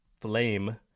flame